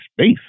space